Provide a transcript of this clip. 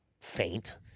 faint